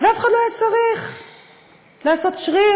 ואף אחד לא היה צריך לעשות שריר,